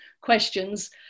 questions